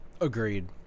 Agreed